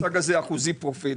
לא מכיר את המושג אחוזי פרופיל.